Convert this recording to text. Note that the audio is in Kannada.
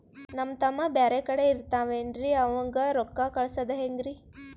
ನಮ್ ತಮ್ಮ ಬ್ಯಾರೆ ಕಡೆ ಇರತಾವೇನ್ರಿ ಅವಂಗ ರೋಕ್ಕ ಕಳಸದ ಹೆಂಗ?